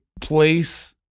place